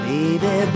Baby